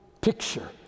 picture